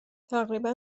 تقریبا